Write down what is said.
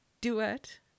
duet